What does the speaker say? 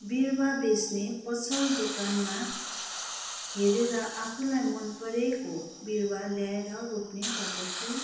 बिरुवा बेच्ने पसल दोकानमा हेरेर आफूलाई मन परेको बिरुवा ल्याएर रोप्नु गर्दछु